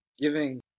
giving